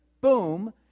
Boom